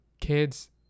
kids